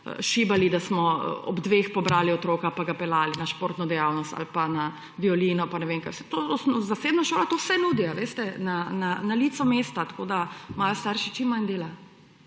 šibali, da smo ob dveh pobrali otroka pa ga peljali na športno dejavnost ali pa na violino pa ne vem kaj vse. Zasebna šola to vse nudi, a veste, na licu mesta, tako da imajo starši čim manj dela.